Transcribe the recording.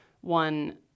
one